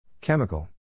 Chemical